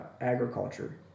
agriculture